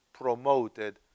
promoted